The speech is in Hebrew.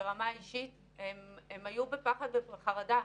ברמה האישית הם היו בפחד ובחרדה.